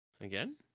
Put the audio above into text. Again